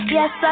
Yes